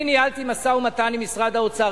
אני ניהלתי משא-ומתן עם משרד האוצר,